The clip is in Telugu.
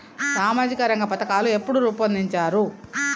సామాజిక రంగ పథకాలు ఎప్పుడు రూపొందించారు?